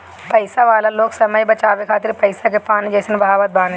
पईसा वाला लोग समय बचावे खातिर पईसा के पानी जइसन बहावत बाने